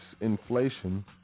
inflation